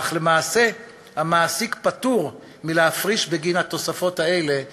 אך למעשה המעסיק פטור מלהפריש בגין התוספות האלה לפנסיה.